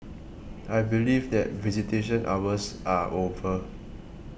I believe that visitation hours are over